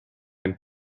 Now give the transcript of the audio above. end